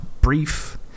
brief